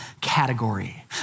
category